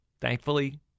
Thankfully